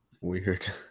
weird